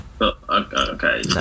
Okay